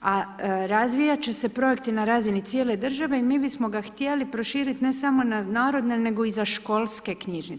a razvijat će se projekti na razini cijele države i mi bismo ga htjeli proširiti ne samo na narodne nego i za školske knjižnice.